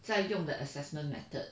在用的 assessment method